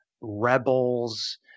rebels